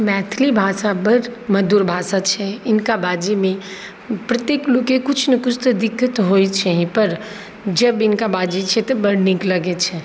मैथिली भाषा बड़ मधुर भाषा छै हिनका बाजैमे प्रत्येक लोकके किछु नहि किछु दिक्कत होइ छै ही पर जब हिनका बाजै छै तऽ बड़ नीक लागै छै